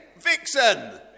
Vixen